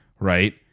Right